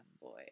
boy